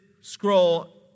scroll